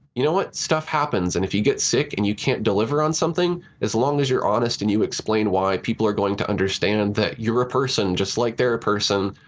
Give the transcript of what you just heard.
you know what, stuff happens. and if you get sick and you can't deliver on something, as long as you're honest and you explain why, people are going to understand that you're a person just like they're a person,